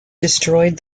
destroyed